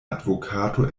advokato